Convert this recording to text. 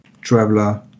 traveler